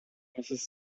mrs